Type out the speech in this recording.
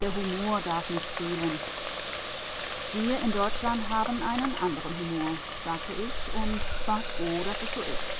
der humor darf nicht fehlen wir in deutschland haben einen anderen humor sagte ich und war froh daß es so ist